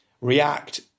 react